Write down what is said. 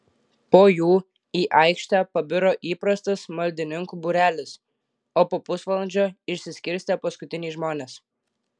po jų į aikštę pabiro įprastas maldininkų būrelis o po pusvalandžio išsiskirstė paskutiniai žmonės